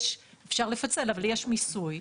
אפשר לפצל אבל יש מיסוי.